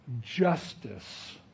justice